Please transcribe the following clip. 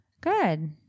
Good